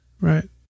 Right